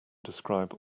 describe